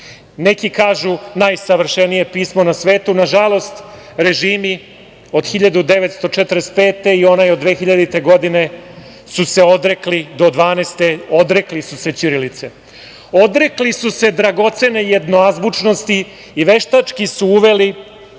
kažu - najsavršenije pismo na svetu. Nažalost, režimi od 1945. i onaj od 2000. godine, do 2012. godine, odrekli su se ćirilice. Odrekli su se dragocene jednoazbučnosti i veštački su uveli